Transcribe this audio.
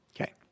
Okay